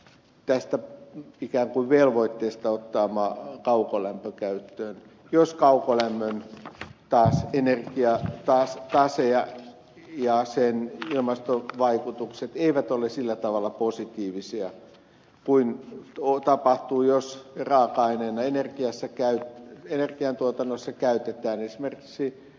tästä ja kun vielä velvoitteesta ottaa kaukolämpö käyttöön jos kaukolämmön energiatase ja sen ilmastovaikutukset eivät ole positiivisia kuten tapahtuu jos raaka aineena energian tuotannossa käytetään esimerkiksi